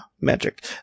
magic